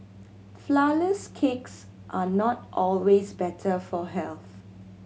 flourless cakes are not always better for health